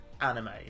anime